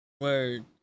Word